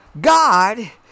God